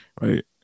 right